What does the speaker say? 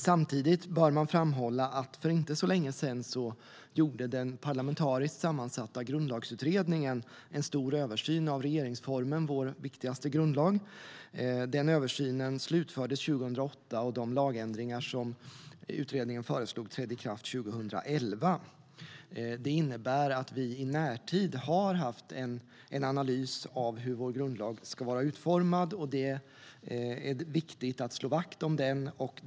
Samtidigt bör man framhålla att för inte så länge sedan gjorde den parlamentariskt sammansatta Grundlagsutredningen en stor översyn av regeringsformen, vår viktigaste grundlag. Den översynen slutfördes 2008, och de lagändringar som utredningen föreslog trädde i kraft 2011. Det innebär att vi i närtid har haft en analys av hur vår grundlag ska vara utformad, och det är viktigt att slå vakt om den.